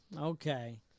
Okay